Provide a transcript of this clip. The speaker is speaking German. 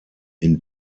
oder